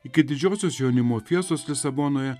iki didžiosios jaunimo fiestos lisabonoje